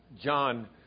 John